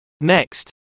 Next